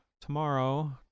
tomorrow